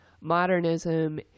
modernism